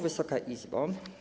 Wysoka Izbo!